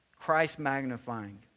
Christ-magnifying